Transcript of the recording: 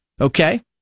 okay